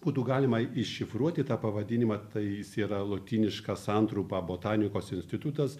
būtų galima iššifruoti tą pavadinimą tai jis yra lotyniška santrumpa botanikos institutas